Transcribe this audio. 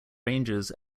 rangers